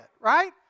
right